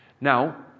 Now